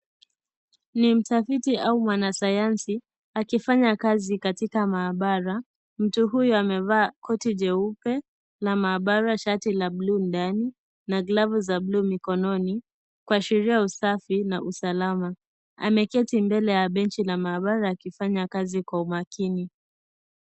Ni mtafiti au mwanasayansi akifanya kazi katika mahabara, mtu huyo amevaa koti jeupe la maabara shati la bluu ndani na glovu za bluu mikononi kuashiria usafi na usalama. Ameketi mbele ya benchi la maabara akifanya kazi kwa umaakini.